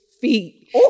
feet